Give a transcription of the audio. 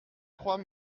crois